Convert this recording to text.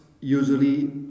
usually